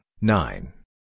nine